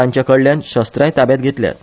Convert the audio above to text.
तांच्य कडल्यान शस्त्रांय ताब्यात घेतल्यात